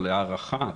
הערכה.